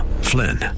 Flynn